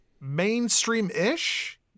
mainstream-ish